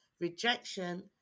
rejection